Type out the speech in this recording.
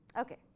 Okay